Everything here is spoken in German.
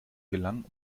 gelangen